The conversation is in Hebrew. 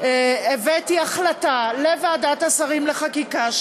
הבאתי החלטה לוועדת השרים לחקיקה,